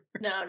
no